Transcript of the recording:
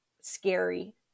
scary